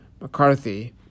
McCarthy